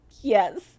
yes